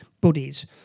buddies